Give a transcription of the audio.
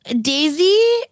Daisy